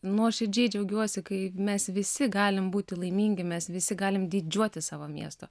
nuoširdžiai džiaugiuosi kai mes visi galim būti laimingi mes visi galim didžiuotis savo miestu